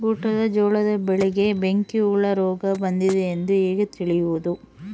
ಊಟದ ಜೋಳದ ಬೆಳೆಗೆ ಬೆಂಕಿ ಹುಳ ರೋಗ ಬಂದಿದೆ ಎಂದು ಹೇಗೆ ತಿಳಿಯುವುದು?